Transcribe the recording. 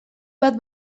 bat